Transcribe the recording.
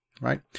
right